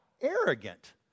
arrogant